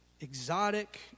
exotic